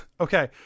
Okay